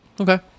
Okay